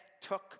took